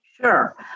Sure